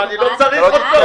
אבל אני לא צריך אותו.